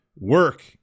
work